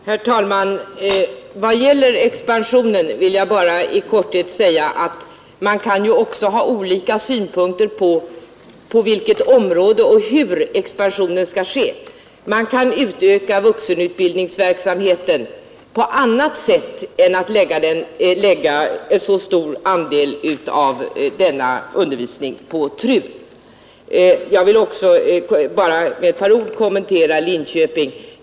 Herr talman! I vad gäller expansionen vill jag bara i korthet säga att man också kan ha olika synpunkter på frågan på vilket område och hur expansionen skall ske. Man kan utöka vuxenutbildningsverksamheten på annat sätt än genom att lägga så stor andel av denna undervisning på TRU. Låt mig också med bara ett par ord kommentera frågan om studieresultaten i Linköping.